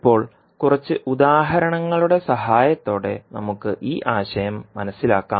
ഇപ്പോൾ കുറച്ച് ഉദാഹരണങ്ങളുടെ സഹായത്തോടെ നമുക്ക് ഈ ആശയം മനസ്സിലാക്കാം